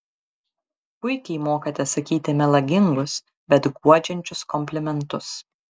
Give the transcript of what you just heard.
puikiai mokate sakyti melagingus bet guodžiančius komplimentus